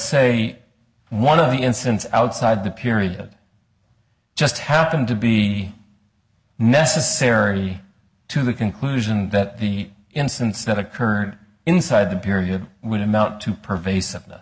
say one of the incidents outside the period just happened to be necessary to the conclusion that the incidents that occurred inside the period would amount to pervasive th